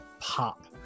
pop